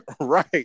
Right